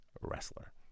wrestler